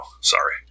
Sorry